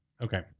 Okay